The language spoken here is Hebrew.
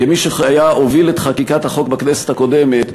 כמי שהוביל את חקיקת החוק בכנסת הקודמת,